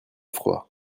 froid